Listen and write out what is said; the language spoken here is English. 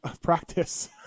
practice